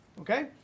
Okay